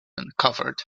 uncovered